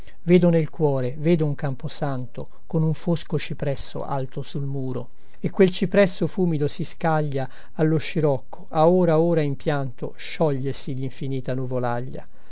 vedo nel cuore vedo un camposanto con un fosco cipresso alto sul muro e quel cipresso fumido si scaglia allo scirocco a ora a ora in pianto sciogliesi linfinita nuvolaglia